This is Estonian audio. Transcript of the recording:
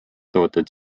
tooted